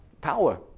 power